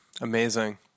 Amazing